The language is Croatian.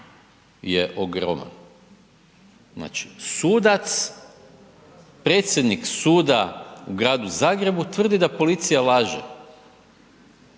je ogromna. Znači sudac, predsjednik suda u gradu Zagrebu tvrdi da policija laže,